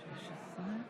53,